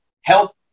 help